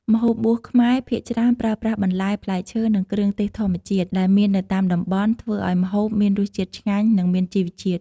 ម្ហូបបួសខ្មែរភាគច្រើនប្រើប្រាស់បន្លែ ផ្លែឈើ និងគ្រឿងទេសធម្មជាតិ ដែលមាននៅតាមតំបន់ ធ្វើឱ្យម្ហូបមានរសជាតិឆ្ងាញ់ និងមានជីវជាតិ។